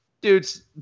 Dude's